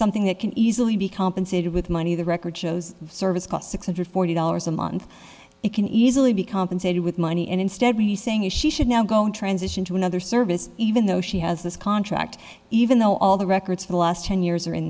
something that can easily be compensated with money the record shows service cost six hundred forty dollars a month it can easily be compensated with money and instead we saying if she should now go in transition to another service even though she has this contract even though all the records for the last ten years are in